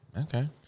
okay